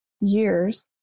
years